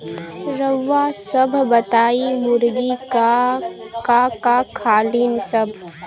रउआ सभ बताई मुर्गी का का खालीन सब?